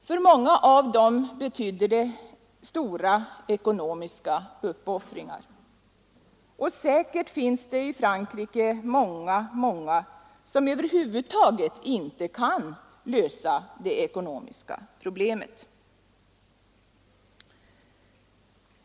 För många av dem betyder det stora ekonomiska uppoffringar. Och säkert finns det i Frankrike många, många som över huvud taget inte kan lösa det ekonomiska problemet.